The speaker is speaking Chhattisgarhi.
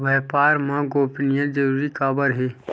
व्यापार मा गोपनीयता जरूरी काबर हे?